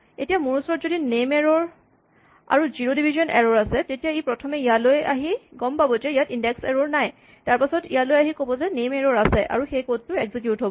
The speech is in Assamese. এতিয়া মোৰ ওচৰত যদি নেম এৰ'ৰ আৰু জিৰ' ডিভিজন এৰ'ৰ আছে তেতিয়া ই প্ৰথমে ইয়ালে আহি গম পাব যে ইয়াত ইনডেক্স এৰ'ৰ নাই তাৰপাছত ইয়ালৈ আহি ক'ব যে নেম এৰ'ৰ আছে আৰু এই কড টো এক্সিকিউট কৰিব